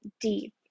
deep